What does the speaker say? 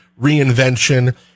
reinvention